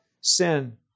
sin